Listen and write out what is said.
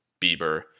Bieber